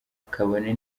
kabone